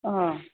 অঁ